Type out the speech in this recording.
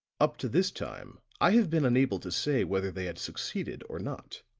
up to this time i have been unable to say whether they had succeeded or not.